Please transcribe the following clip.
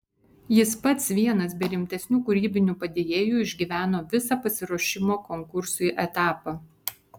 jis pats vienas be rimtesnių kūrybinių padėjėjų išgyveno visą pasiruošimo konkursui etapą